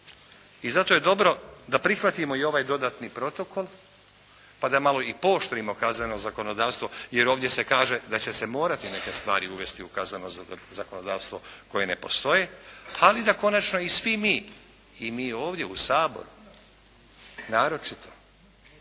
I zato je dobro da prihvatimo i ovaj dodatni protokol, pa da malo i pooštrimo kazneno zakonodavstvo jer ovdje se kaže da će se morati neke stvari uvesti u kazneno zakonodavstvo koje ne postoje. Ali da konačno i svi mi, i mi ovdje u Saboru naročito